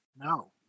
no